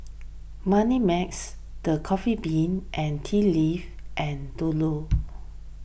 Moneymax the Coffee Bean and Tea Leaf and Dodo